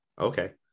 okay